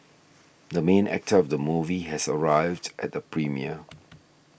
the main actor of the movie has arrived at the premiere